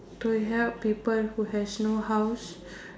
to help people who has no house